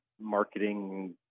Marketing